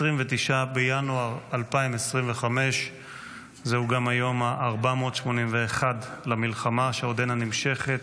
29 בינואר 2025. זהו גם היום ה-481 למלחמה שעודנה נמשכת,